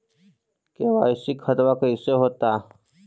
KYC खतबा कैसे होता?